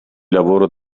lavoro